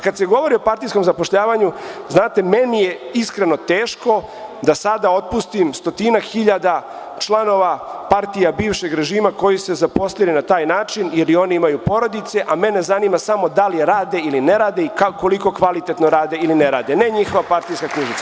Kad se govori o partijskom zapošljavanju, znate, meni je iskreno teško da sada otpustim stotinak hiljada članova partija bivšeg režima koji su se zaposlili na taj način, jer i oni imaju porodice, a mene zanima samo da li rade i koliko kvalitetno rade ili ne rade, ne njihova partijska knjižica.